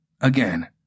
Again